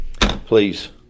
Please